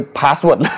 password